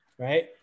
right